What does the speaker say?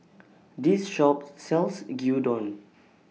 This Shop sells Gyudon